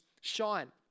shine